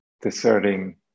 deserting